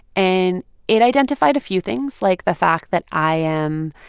and it identified a few things, like the fact that i am,